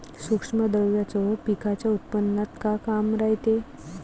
सूक्ष्म द्रव्याचं पिकाच्या उत्पन्नात का काम रायते?